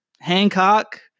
Hancock